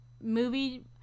movie